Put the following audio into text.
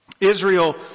Israel